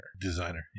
Designer